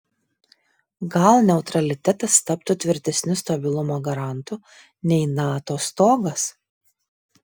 gal neutralitetas taptų tvirtesniu stabilumo garantu nei nato stogas